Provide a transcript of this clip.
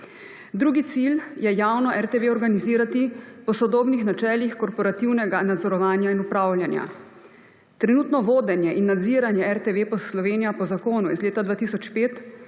Drugi cilj je javno RTV organizirati po sodobnih načelih korporativnega nadzorovanja in upravljanja. Trenutno vodenje in nadziranje RTV Slovenija po zakonu iz leta 2005